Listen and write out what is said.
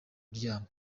kuryama